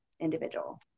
individual